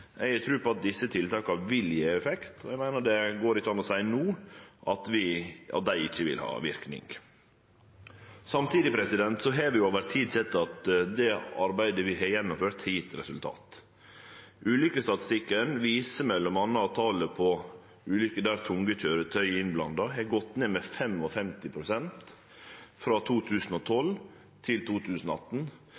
Eg har tru på at desse tiltaka vil gje effekt, og eg meiner det går ikkje an å seie no at dei ikkje vil ha verknad. Samtidig har vi over tid sett at det arbeidet vi har gjennomført, har gjeve resultat. Ulykkesstatistikken viser m.a. at talet på ulykker der tunge køyretøy er innblanda, har gått ned med 55 pst. frå